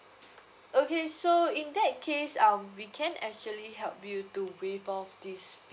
okay so in that case um we can actually help you to waive off this